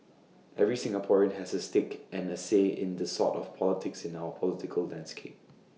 every Singaporean has A stake and A say in the sort of politics in our political landscape